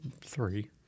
three